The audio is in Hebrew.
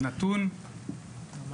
זה נתון משמעותי.